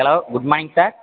hello good morning sir